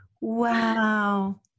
Wow